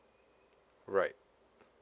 right